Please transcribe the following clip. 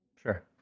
Sure